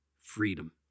freedom